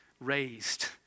raised